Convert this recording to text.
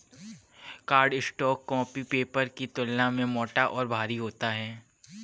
cardstock copy paper की तुलना में मोटा और भारी होता है